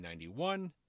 1991